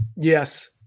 Yes